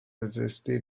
attestée